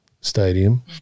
Stadium